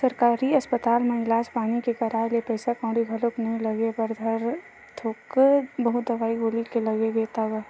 सरकारी अस्पताल म इलाज पानी के कराए ले पइसा कउड़ी घलोक नइ लगे बर धरय थोक बहुत दवई गोली के लग गे ता लग गे